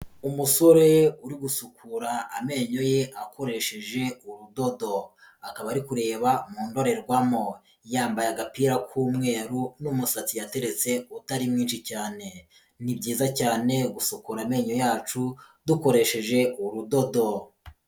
Umusore uri gusukura amenyo ye akoresheje urudodo, akaba ari kureba mu ndorerwamo, yambaye agapira k'umweru n'umusatsi yateretse utari mwinshi cyane, ni byiza cyane gusukura amenyo yacu dukoresheje urudodo.